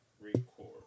record